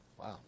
Wow